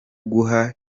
guha